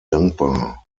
dankbar